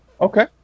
Okay